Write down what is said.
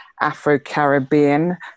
Afro-Caribbean